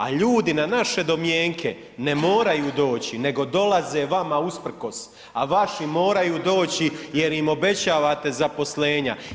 A ljudi na naše domjenke ne moraju doći, nego dolaze vama usprkos, a vaši moraju doći jer im obećavate zaposlenja.